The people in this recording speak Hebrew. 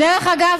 דרך אגב,